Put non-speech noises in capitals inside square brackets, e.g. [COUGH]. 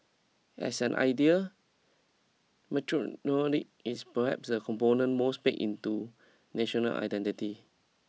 as an idea [UNINTELLIGIBLE] is perhaps the component most baked into national identity